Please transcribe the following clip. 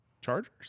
Chargers